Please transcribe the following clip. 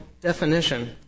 definition